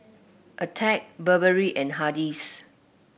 Attack Burberry and Hardy's